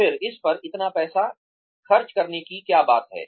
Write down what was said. फिर इस पर इतना पैसा खर्च करने की क्या बात है